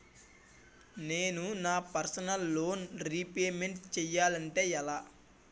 నేను నా personal loan repayment చేయాలంటే ఎలా?